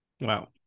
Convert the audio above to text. wow